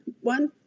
One